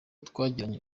twagiranye